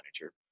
manager